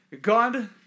God